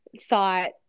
thought